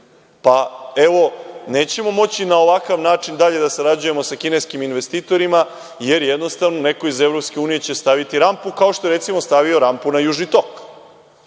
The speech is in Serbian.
Pa, evo nećemo moći na ovakav način dalje da sarađujemo sa kineskim investitorima, jer jednostavno neko iz EU će staviti rampu, kao što je stavio rampu na Južni tok.